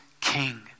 king